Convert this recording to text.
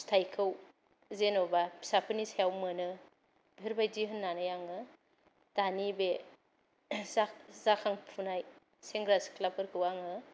फिथाइखौ जेनावबा फिसाफोरनि सायावबा मोनो बेफोरबादि होननानै आङो दानि बे जा जाखांफुनाय सेंग्रा सिख्लाफोरखौ आङो